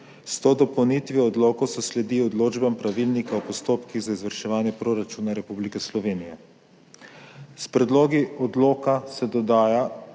S to dopolnitvijo odlokov se sledi odločbam Pravilnika o postopkih za izvrševanje proračuna Republike Slovenije. S predlogi odloka se dodaja